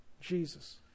Jesus